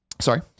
Sorry